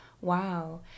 Wow